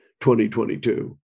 2022